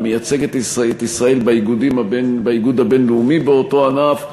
מי ייצג את ישראל באיגוד הבין-לאומי באותו ענף,